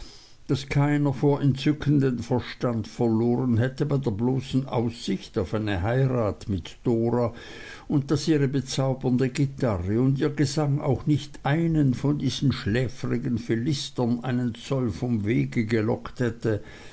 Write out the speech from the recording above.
daß keiner vor entzücken den verstand verloren hätte bei der bloßen aussicht auf eine heirat mit dora und daß ihre bezaubernde gitarre und ihr gesang auch nicht einen von diesen schläfrigen philistern einen zoll vom wege gelockt hätte